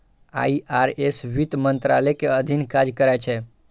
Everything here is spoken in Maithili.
आई.आर.एस वित्त मंत्रालय के अधीन काज करै छै